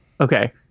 okay